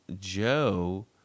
Joe